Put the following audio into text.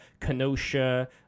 Kenosha